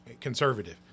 conservative